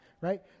right